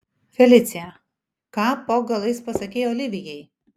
felicija ką po galais pasakei olivijai